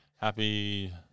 Happy